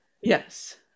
Yes